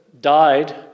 died